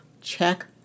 check